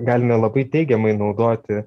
galime labai teigiamai naudoti